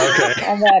okay